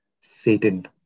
Satan